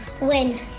win